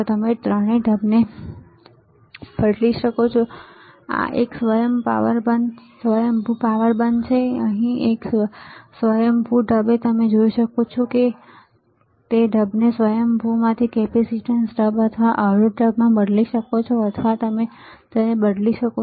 તમે ઢબને બદલી શકો છો અહીં તમે જુઓ છો કે સ્વયંભૂ પાવર બંધ છે એક સ્વયંભૂ ઢબ તમે જોઈ શકો છો અહીં સ્વયંભૂ ઢબ છે ખરું કે તમે ઢબને સ્વયંભૂમાંથી કેપેસીટન્સ ઢબ અથવા અવરોધ ઢબમાં બદલી શકો છો અથવા અથવા તમે બદલી શકો છો